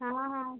ହଁ ହଁ